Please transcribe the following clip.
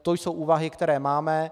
To jsou úvahy, které máme.